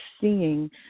seeing